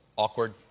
awkward